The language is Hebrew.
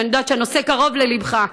שאני יודעת שהנושא קרוב לליבך: